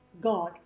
God